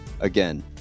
Again